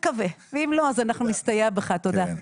נקווה, ואם לא, אז אנחנו נסתייע בך, תודה.